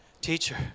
Teacher